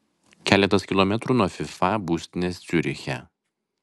keletas kilometrų nuo fifa būstinės ciuriche